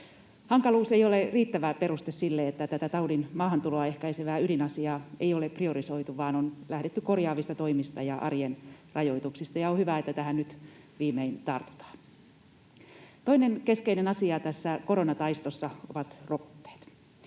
Hankaluus ei ole riittävä peruste sille, että tätä taudin maahantuloa ehkäisevää ydinasiaa ei ole priorisoitu, vaan on lähdetty korjaavista toimista ja arjen rajoituksista, ja on hyvä, että tähän nyt viimein tartutaan. Toinen keskeinen asia tässä koronataistossa ovat rokotteet.